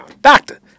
doctor